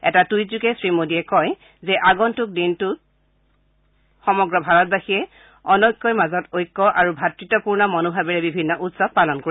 এটা টুইট যোগে শ্ৰী মোডীয়ে কয় যে আগন্তক দিনটোৰ সমগ্ৰ ভাৰতবাসীয়ে অনৈক্যৰ মাজত ঐক্য আৰু ভাত়ত্বপূৰ্ণ মনোভাৱেৰে বিভিন্ন উৎসৱ পালন কৰিব